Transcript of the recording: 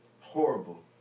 Horrible